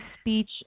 speech